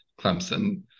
Clemson